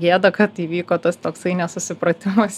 gėda kad įvyko tas toksai nesusipratimas